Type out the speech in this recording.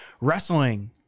Wrestling